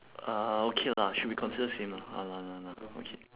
uh okay lah should be considered same lah okay